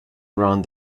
around